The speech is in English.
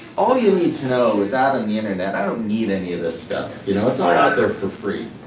all you need to know is out on the internet. i don't need any of this stuff, you know, it's ah out there for free.